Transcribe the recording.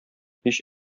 һич